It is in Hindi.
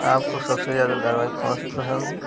आपको सबसे ज़्यादा धारावाहिक कौन से पसन्द हैं